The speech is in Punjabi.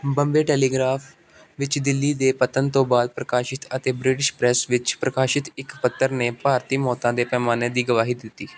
ਬੰਬੇ ਟੈਲੀਗ੍ਰਾਫ ਵਿੱਚ ਦਿੱਲੀ ਦੇ ਪਤਨ ਤੋਂ ਬਾਅਦ ਪ੍ਰਕਾਸ਼ਿਤ ਅਤੇ ਬ੍ਰਿਟਿਸ਼ ਪ੍ਰੈਸ ਵਿੱਚ ਪ੍ਰਕਾਸ਼ਿਤ ਇੱਕ ਪੱਤਰ ਨੇ ਭਾਰਤੀ ਮੌਤਾਂ ਦੇ ਪੈਮਾਨੇ ਦੀ ਗਵਾਹੀ ਦਿੱਤੀ